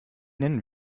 nennen